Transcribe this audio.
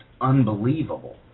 unbelievable